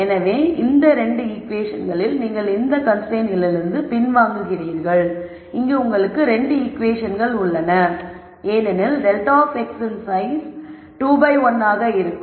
எனவே இந்த 2 ஈகுவேஷன்களில் நீங்கள் இந்த கன்ஸ்ரைன்ட்லிருந்து பின்வாங்குகிறீர்கள் இங்கு உங்களுக்கு 2 ஈகுவேஷன்கள் உள்ளன ஏனெனில் ∇ of x இன் சைஸ் 2 by 1 ஆக இருக்கும்